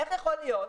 איך זה יכול להיות?